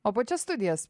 o pačias studijas